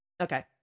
Okay